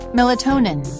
Melatonin